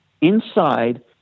Inside